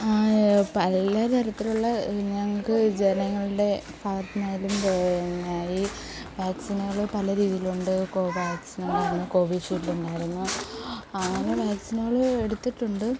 പലതരത്തിലുള്ള ഞങ്ങൾക്ക് ജനങ്ങളുടെ ഭാഗത്തു നിന്നായാലും പിന്നെ ഈ വാക്സിനുകൾ പല രീതിയിലുണ്ട് കൊവാക്സിൻ ഉണ്ടായിരുന്നു കോവിഷീൽഡ് ഉണ്ടായിരുന്നു അങ്ങനെ വാക്സിനുകൾ എടുത്തിട്ടുണ്ട്